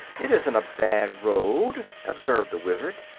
it isn't a bad road, observed the wizard,